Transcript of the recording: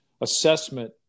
assessment